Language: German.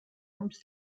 ums